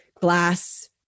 glass